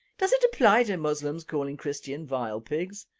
does it apply to muslims calling christians vile pigs?